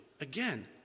Again